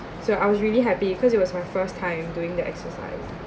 so I was really happy because it was my first time doing the exercise